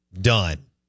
done